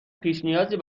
پیشنیازی